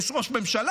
יש ראש ממשלה.